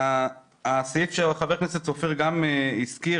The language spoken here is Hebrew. הסעיף שחבר הכנסת סופר הזכיר,